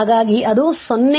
ಹಾಗಾಗಿ ಅದು 0